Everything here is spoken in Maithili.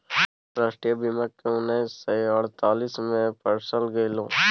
राष्ट्रीय बीमाक केँ उन्नैस सय अड़तालीस मे पसारल गेलै